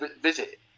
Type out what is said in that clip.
visit